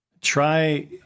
Try